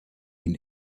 been